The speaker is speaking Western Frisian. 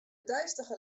deistige